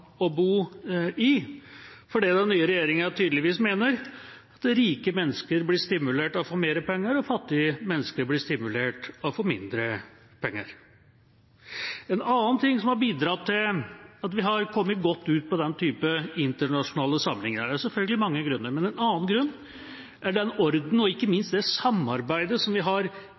å bo i, fordi den nye regjeringa tydeligvis mener at rike mennesker blir stimulert av å få mer penger, og at fattige mennesker blir stimulert av å få mindre penger. En annen grunn som har bidratt til at vi har kommet godt ut på denne type internasjonale sammenligninger – det er selvfølgelig mange grunner – er den orden og ikke minst det samarbeidet som vi har